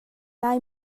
nai